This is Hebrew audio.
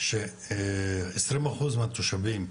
ש- 20% מהתושבים,